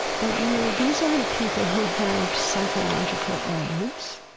but you know these aren't people who have psychological illness.